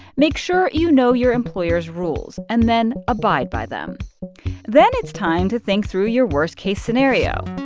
make sure you know your employer's rules and then abide by them then it's time to think through your worst-case scenario.